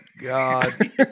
god